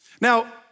Now